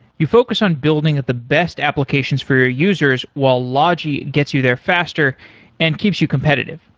you focus on building at the best applications for your users while logi gets you there faster and keeps you competitive.